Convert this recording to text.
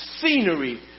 scenery